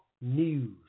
news